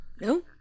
No